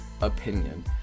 opinion